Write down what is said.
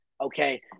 Okay